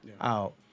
out